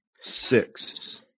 Six